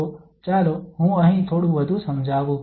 તો ચાલો હું અહીં થોડું વધુ સમજાવું